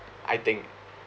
i think